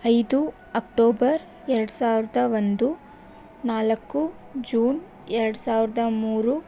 ಐದು ಅಕ್ಟೋಬರ್ ಎರಡು ಸಾವಿರದ ಒಂದು ನಾಲ್ಕು ಜೂನ್ ಎರಡು ಸಾವಿರದ ಮೂರು